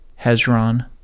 Hezron